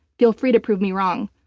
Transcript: feel free to prove me wrong.